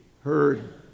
heard